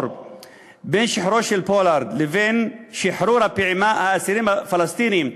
בין שחרורו של פולארד לבין שחרור האסירים הפלסטינים,